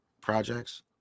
projects